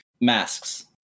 Masks